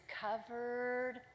covered